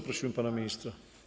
Prosimy pana ministra.